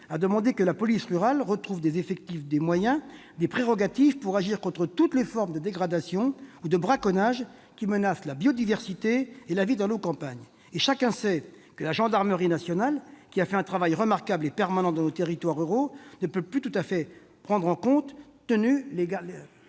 à demander que la police rurale retrouve des effectifs, des moyens et des prérogatives pour agir contre toutes les formes de dégradation ou de braconnage qui menacent la biodiversité et la vie dans nos campagnes. Chacun sait que la gendarmerie nationale, qui a fait un travail remarquable et permanent dans nos territoires ruraux, ne peut plus tout faire, compte tenu de